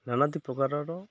ନାନଦି ପ୍ରକାରର